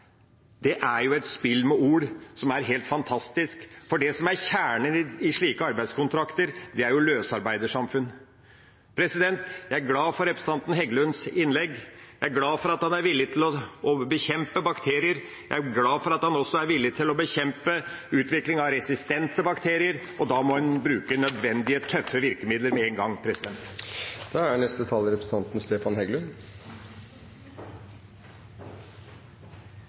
Det er et spill med ord som er helt fantastisk. Det som er kjernen i slike arbeidskontrakter, er jo løsarbeidersamfunn. Jeg er glad for representanten Heggelunds innlegg. Jeg er glad for at han er villig til å bekjempe bakterier. Jeg er glad for at han også er villig til å bekjempe utvikling av resistente bakterier, og da må en bruke nødvendige, tøffe virkemidler med en gang. Jeg takker representanten Lundteigen for gode ord, men så er